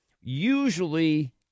usually